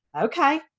okay